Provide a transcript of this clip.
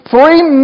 Three